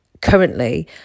Currently